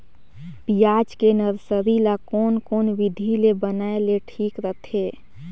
पियाज के नर्सरी ला कोन कोन विधि ले बनाय ले ठीक रथे?